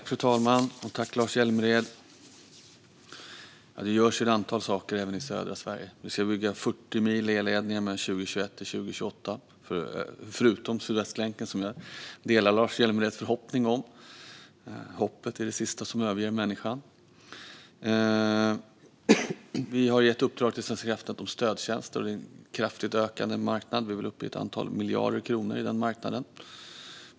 Fru talman! Det görs ett antal saker även i södra Sverige. Vi ska bygga 40 mil elledningar mellan 2021 och 2028, förutom Sydvästlänken som jag delar Lars Hjälmereds förhoppning om. Hoppet är det sista som överger människan. Vi har gett uppdrag till Svenska kraftnät om stödtjänster. Det är en kraftigt ökande marknad; vi är väl uppe i ett antal miljarder kronor där.